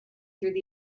through